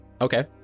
Okay